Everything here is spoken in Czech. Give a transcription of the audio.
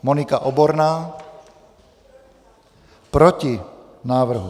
Monika Oborná: Proti návrhu.